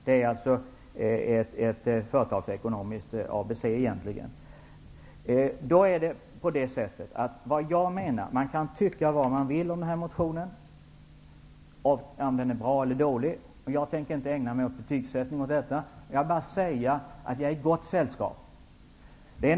Det är egentligen fråga om ett företagsekonomiskt ABC. Man kan tycka vad man vill om denna motion -- bra eller dålig. Jag tänker inte ägna mig åt betygsättning. Men jag är i gott sällskap.